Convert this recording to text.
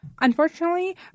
Unfortunately